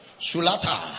Sulata